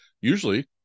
Usually